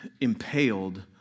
impaled